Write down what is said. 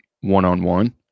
one-on-one